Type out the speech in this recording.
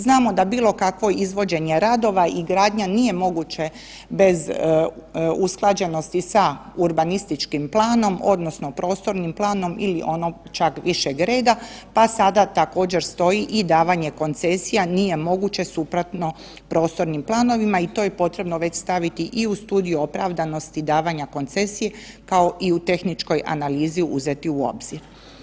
Znamo da bilo kakvo izvođenje radova i gradnja nije moguće bez usklađenosti sa urbanističkim planom odnosno prostornim planom ili ono čak višeg reda, pa sada također stoji i davanje koncesija nije moguće suprotno prostornim planovima i to je potrebno već staviti i u studio opravdanosti davanja koncesije, kao i u tehničkoj analizi uzeti u obzir.